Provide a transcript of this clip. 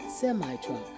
Semi-truck